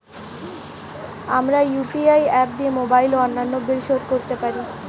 আমরা UPI app দিয়ে mobile ও অন্যান্য বিল শোধ করতে পারি